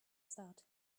start